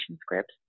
scripts